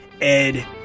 Ed